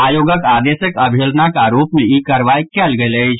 आयोगक आदेशक अवहेलनाक आरोप मे ई कार्रवाई कयल गेल अछि